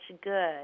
good